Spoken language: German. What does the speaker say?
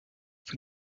für